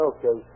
Okay